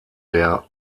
der